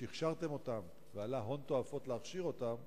שהכשרתם, עלה הון תועפות להכשיר אותם,